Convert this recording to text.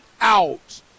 out